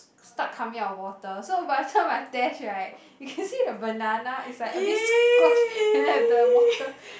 start coming out with water so by the time I test right you can see the banana is like a bit squash and that the water